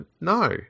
No